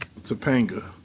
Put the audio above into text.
Topanga